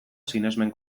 sinesmen